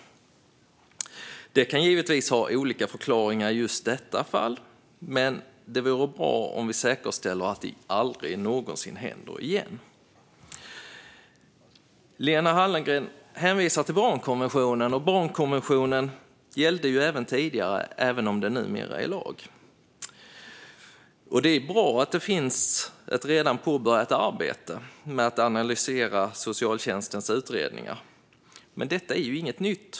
I just detta fall kan det givetvis finnas olika förklaringar, men det vore bra om vi säkerställer att det aldrig någonsin händer igen. Lena Hallengren hänvisar till barnkonventionen. Barnkonventionen gällde ju även tidigare, även om den numera är lag. Det är bra att det finns ett redan påbörjat arbete med att analysera socialtjänstens utredningar. Men detta är ju inget nytt.